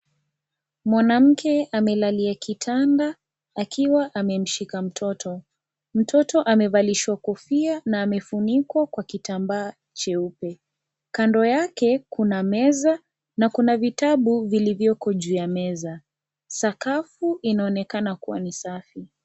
Mwanamke amelalia kitanda akiwa amemshika mtoto. Mtoto amevalishwa kofia na amefunikwa kwa kitambaa cheupe. Kando yake, kuna meza na kuna vitabu vilivyoko juu ya meza. Sakafu inaoneka kuwa ni safi.